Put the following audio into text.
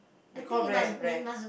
they call rare rare